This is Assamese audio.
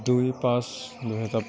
দুই পাঁচ দুহেজাৰ